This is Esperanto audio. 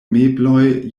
mebloj